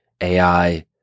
AI